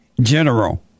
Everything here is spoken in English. general